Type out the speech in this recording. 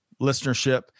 listenership